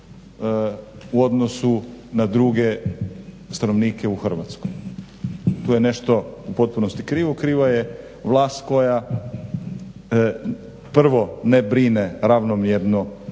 u odnosu na druge stanovnike u Hrvatskoj. Tu je nešto u potpunosti krivo, kriva je vlast koja prvo ne brine ravnomjerno